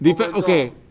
Okay